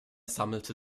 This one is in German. sammelte